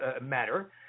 matter